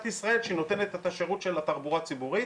ישראל שנותנת את השירות של התחבורה הציבורית